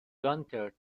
گانتر